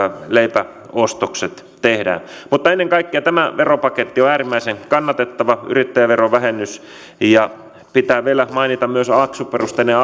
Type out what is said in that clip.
leipäostokset tehdään mutta ennen kaikkea tämä veropaketti on äärimmäisen kannatettava yrittäjäverovähennys ja pitää vielä mainita myös maksuperusteinen